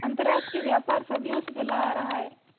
अंतरराष्ट्रीय व्यापार सदियों से चला आ रहा है